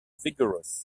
vigorous